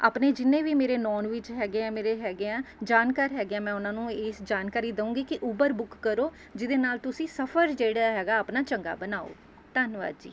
ਆਪਣੇ ਜਿੰਨੇ ਵੀ ਮੇਰੇ ਨੋਨ ਵਿੱਚ ਹੈਗੇ ਆ ਮੇਰੇ ਹੈਗੇ ਆ ਜਾਨਕਾਰ ਹੈਗੇ ਆ ਮੈਂ ਉਹਨਾਂ ਨੂੰ ਇਸ ਜਾਨਕਾਰੀ ਦਊਂਗੀ ਕਿ ਉਬਰ ਬੁੱਕ ਕਰੋ ਜਿਹਦੇ ਨਾਲ਼ ਤੁਸੀਂ ਸਫ਼ਰ ਜਿਹੜਾ ਹੈਗਾ ਆਪਨਾ ਚੰਗਾ ਬਣਾਓ ਧੰਨਵਾਦ ਜੀ